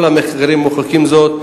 כל המחקרים מוכיחים זאת.